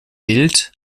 bild